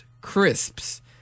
crisps